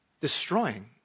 destroying